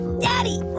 daddy